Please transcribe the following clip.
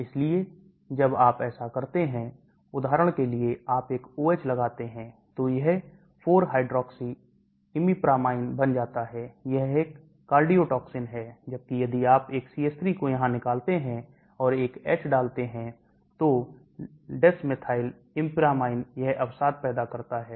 इसलिए जब आप ऐसा करते हैं उदाहरण के लिए आप एक OH लगाते हैं तो यह 4 hydroxy imipramine बन जाता है यह एक cardiotoxin है जबकि यदि आप एक CH3 को यहां निकालते हैं और एक H डालते हैं तो desmethyl imipramine यह अवसाद पैदा करता है